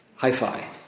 Hi-fi